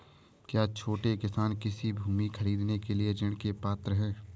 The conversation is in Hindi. क्या छोटे किसान कृषि भूमि खरीदने के लिए ऋण के पात्र हैं?